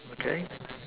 okay